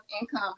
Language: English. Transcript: income